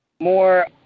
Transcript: More